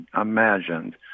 imagined